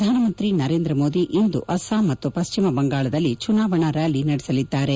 ಪ್ರಧಾನಮಂತ್ರಿ ನರೇಂದ್ರ ಮೋದಿ ಇಂದು ಅಸ್ಸಾಂ ಮತ್ತು ಪಶ್ಚಿಮ ಬಂಗಾಳದಲ್ಲಿ ಚುನಾವಣಾ ರ್ಖಾಲಿ ನಡೆಸಲಿದ್ದಾರೆ